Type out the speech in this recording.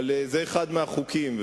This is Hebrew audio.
אבל זה אחד מהחוקים.